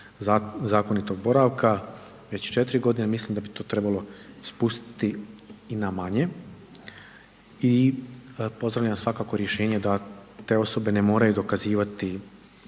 zakonitog boravka već četiri godine, mislim da bi to trebalo spustiti i na manje. I pozdravljam svakako rješenje da te osobe ne moraju dokazivati